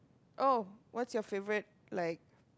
oh what's your favourite like